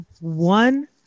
one